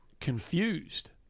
confused